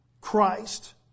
Christ